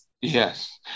Yes